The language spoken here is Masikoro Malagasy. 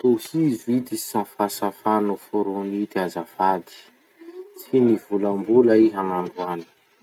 Tohizo ity safasafa noforony ity azafady: "Tsy nivolambola iha nandroany"